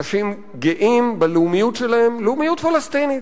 אנשים גאים בלאומיות שלהם, לאומיות פלסטינית,